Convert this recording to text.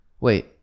Wait